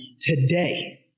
today